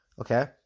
okay